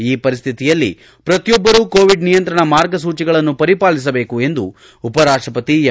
ಈ ಪರಿಸ್ಥಿತಿಯಲ್ಲಿ ಪ್ರತಿಯೊಬ್ಬರು ಕೋವಿಡ್ ನಿಯಂತ್ರಣ ಮಾರ್ಗಸೂಚಿಯನ್ನು ಪರಿಪಾಲಿಸಬೇಕು ಎಂದು ಉಪರಾಷ್ಷಪತಿ ಎಂ